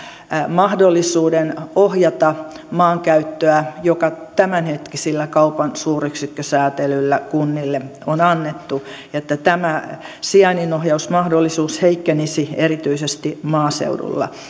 mahdollisuuden ohjata maankäyttöä joka tämänhetkisellä kaupan suuryksikkösäätelyllä kunnille on annettu ja että tämä sijainninohjausmahdollisuus heikkenisi erityisesti maaseudulla